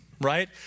right